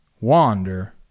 Wander